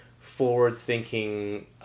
forward-thinking